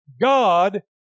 God